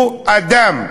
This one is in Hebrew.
הוא אדם.